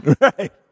Right